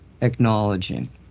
acknowledging